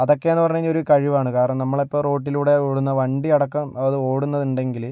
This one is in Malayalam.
അതൊക്കെയെന്നു പറഞ്ഞു കഴിഞ്ഞാൽ ഒരു കഴിവാണ് കാരണം നമ്മളിപ്പോൾ റോഡിലൂടെ ഓടുന്ന വണ്ടി അടക്കം അത് ഓടുന്നതുണ്ടെങ്കില്